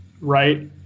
right